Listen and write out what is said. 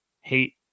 hate